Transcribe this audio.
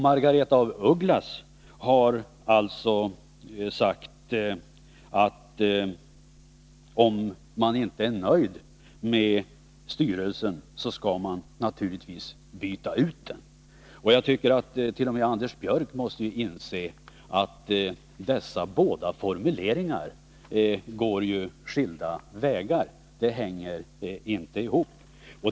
Margaretha af Ugglas har sagt att om man inte är nöjd med styrelsen, så skall man naturligtvis byta ut den. Jag tycker att t.o.m. Anders Björck måste inse att dessa båda formuleringar går skilda vägar; de hänger inte ihop.